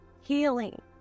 healing